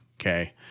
Okay